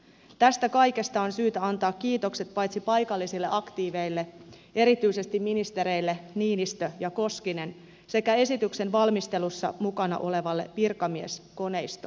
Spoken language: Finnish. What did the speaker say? tästä kaikesta on syytä antaa kiitokset paitsi paikallisille aktiiveille myös erityisesti ministereille niinistö ja koskinen sekä esityksen valmistelussa mukana olevalle virkamieskoneistolle